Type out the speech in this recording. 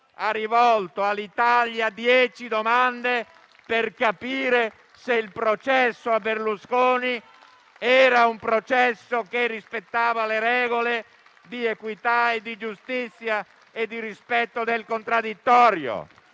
ha rivolto all'Italia dieci domande per capire se il processo a Berlusconi rispettava le regole di equità, di giustizia e di contraddittorio.